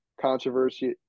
controversy